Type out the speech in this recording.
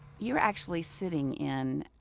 you are actually sitting in,